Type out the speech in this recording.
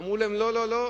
אמרו להן: לא לא לא,